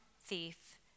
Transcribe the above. thief